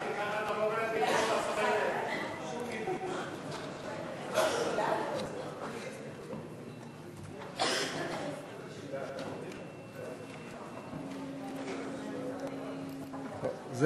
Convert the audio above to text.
צחי,